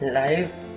life